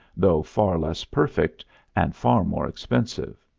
though far less perfect and far more expensive.